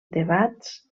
debats